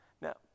Now